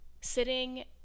Sitting